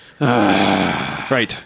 Right